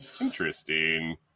Interesting